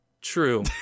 True